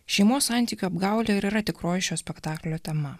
šeimos santykių apgaulė ir yra tikroji šio spektaklio tema